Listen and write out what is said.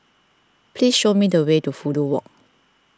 please show me the way to Fudu Walk